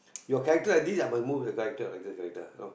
you character this ah must move the character like this character